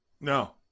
No